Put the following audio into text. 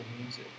music